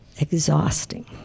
Exhausting